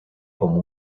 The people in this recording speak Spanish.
como